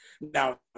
Now